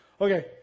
Okay